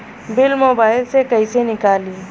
Bill mobile से कईसे निकाली?